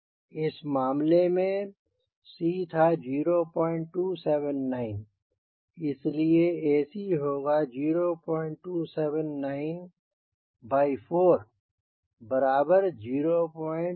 इस मामले में c था 0279 इस लिए AC होगा 0279 by 4 बराबर 00697